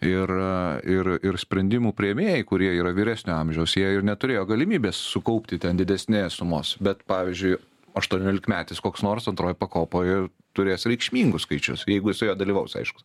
ir ir ir sprendimų priėmėjai kurie yra vyresnio amžiaus jei ir neturėjo galimybės sukaupti ten didesnės sumos bet pavyzdžiui aštuoniolikmetis koks nors antroj pakopoj turės reikšmingus skaičius jeigu jisai joje dalyvaus aišku